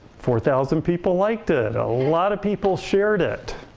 four thousand people liked it. a lot of people shared it.